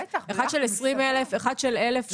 אחד של 20,000 ואחד של 1,000 שקלים?